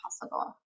possible